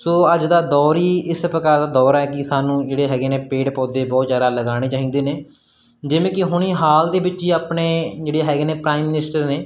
ਸੋ ਅੱਜ ਦਾ ਦੌਰ ਹੀ ਇਸ ਪ੍ਰਕਾਰ ਦਾ ਦੌਰ ਹੈ ਕਿ ਸਾਨੂੰ ਜਿਹੜੇ ਹੈਗੇ ਨੇ ਪੇੜ ਪੌਦੇ ਬਹੁਤ ਜ਼ਿਆਦਾ ਲਗਾਉਣੇ ਚਾਹੀਦੇ ਨੇ ਜਿਵੇਂ ਕਿ ਹੁਣੇ ਹਾਲ ਦੇ ਵਿੱਚ ਹੀ ਆਪਣੇ ਜਿਹੜੇ ਹੈਗੇ ਨੇ ਪ੍ਰਾਈਮ ਮਿਨਿਸਟਰ ਨੇ